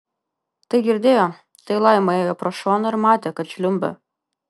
tai girdėjo tai laima ėjo pro šoną ir matė kad žliumbė